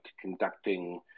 conducting